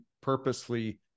purposely